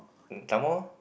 some more